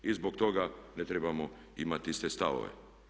I zbog toga ne trebamo imati iste stavove.